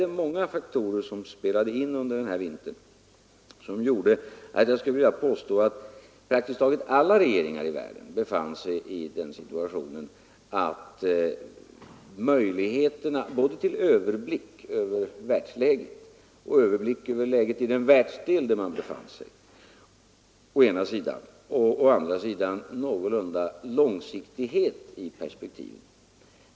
Det var många faktorer som spelade in under den gångna vintern, och det gör att jag skulle vilja påstå att praktiskt taget inga regeringar hade möjligheter å ena sidan till överblick över läget i världen och i den världsdel där de befann sig och å andra sidan till någorlunda stor långsiktighet i perspektivet.